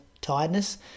tiredness